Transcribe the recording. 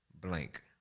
Blank